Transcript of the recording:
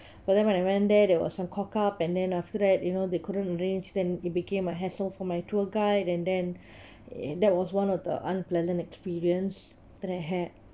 but then when I went there there was some cock up and then after that you know they couldn't arrange then it became a hassle for my tour guide and then and that was one of the unpleasant experience that I had